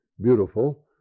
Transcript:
beautiful